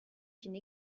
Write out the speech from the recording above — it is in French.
qu’une